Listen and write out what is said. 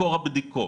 מקור הבדיקות.